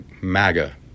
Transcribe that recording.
MAGA